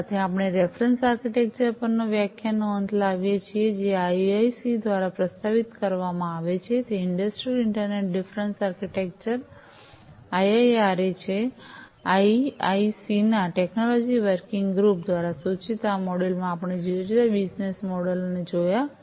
આ સાથે આપણે રેફરેન્સ આર્કિટેક્ચર પરના વ્યાખ્યાનનો અંત લાવીએ છીએ જે આઇઆઇસી દ્વારા પ્રસ્તાવિત કરવામાં આવે છે તે industrial internet difference architecture IIRA છે આઇઆઇસીના ટેકનોલોજી વર્કિંગ ગ્રુપ દ્વારા સૂચિત આ મોડ્યુલમાં આપણે જુદા જુદા બિઝનેસ મોડલો ને જોયા છે